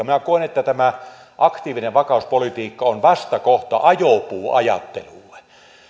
minä koen että tämä aktiivinen vakauspolitiikka on vastakohta ajopuuajattelulle